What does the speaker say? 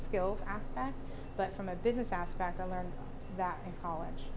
skills aspect but from a business aspect i learned that in college